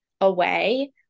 away